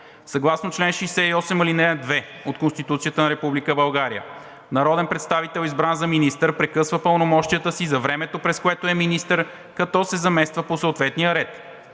Съгласно чл. 68, ал. 2 от Конституцията на Република България народен представител, избран за министър, прекъсва пълномощията си за времето, през което е министър, като се замества по съответния ред.